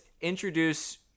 introduce